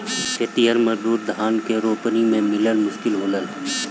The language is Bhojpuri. खेतिहर मजूर धान के रोपनी में मिलल मुश्किल होलन